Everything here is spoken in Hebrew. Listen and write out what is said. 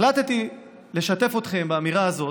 החלטתי לשתף אתכם באמירה הזאת,